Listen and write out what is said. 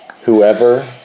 Whoever